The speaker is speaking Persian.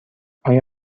آیا